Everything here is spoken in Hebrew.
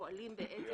פועלים באמצעי אכיפה.